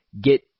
get